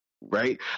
right